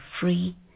free